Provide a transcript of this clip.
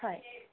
হয়